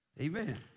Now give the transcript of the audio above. Amen